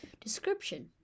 description